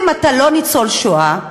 אם אתה לא ניצול השואה,